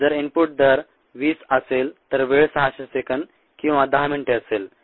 जर इनपुट दर 20 असेल तर वेळ 600 सेकंद किंवा 10 मिनिटे असेल